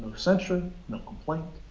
censure, no complaint.